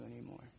anymore